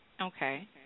Okay